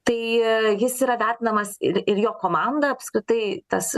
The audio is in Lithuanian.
tai jis yra vertinamas ir ir jo komanda apskritai tas